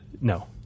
no